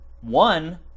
one